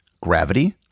gravity